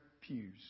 pews